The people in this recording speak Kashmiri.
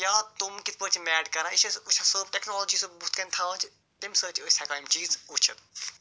یا تِم کِتھٕ پٲٹھۍ چھِ میٹ کَران یہِ چھِ یہِ چھِ سٲنۍ ٹٮ۪کنالوجی بُتھِ کَنہِ تھاوان چھِ تَمہِ سۭتۍ چھِ أسۍ ہٮ۪کان یِم چیٖز وُچھِتھ